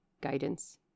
guidance